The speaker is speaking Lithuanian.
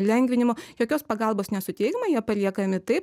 lengvinimo jokios pagalbos nesuteikiama jie paliekami taip